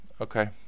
okay